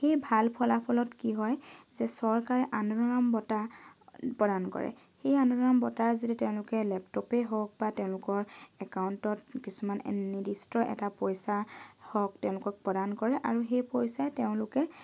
সেই ভাল ফলাফলত কি হয় যে চৰকাৰে আনন্দৰাম বঁটা প্ৰদান কৰে এই আনন্দৰাম বটাঁ যিটো তেওঁলোকে লেপটপে হওক বা তেওঁলোকৰ একাউণ্টত কিছুমান নিৰ্দিষ্ট এটা পইচা হওক তেওঁলোকক প্ৰদান কৰে আৰু সেই পইচাই তেওঁলোকে